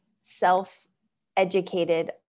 self-educated